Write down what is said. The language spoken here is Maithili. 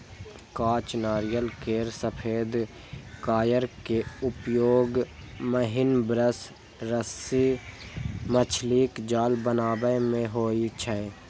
कांच नारियल केर सफेद कॉयर के उपयोग महीन ब्रश, रस्सी, मछलीक जाल बनाबै मे होइ छै